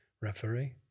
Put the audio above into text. referee